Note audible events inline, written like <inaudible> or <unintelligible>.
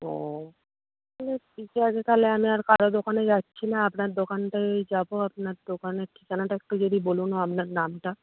ও <unintelligible> ঠিকই আছে তাহলে আমি আর কারও দোকানে যাচ্ছি না আপনার দোকানটায় যাব আপনার দোকানের ঠিকানাটা একটু যদি বলুন ও আপনার নামটা